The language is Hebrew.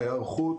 ההיערכות,